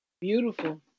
Beautiful